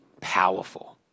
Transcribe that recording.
powerful